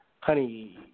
honey